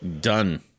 Done